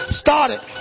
started